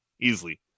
Easily